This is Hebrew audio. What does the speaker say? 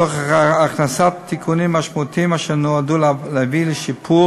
תוך הכנסת תיקונים משמעותיים אשר נועדו להביא לשיפור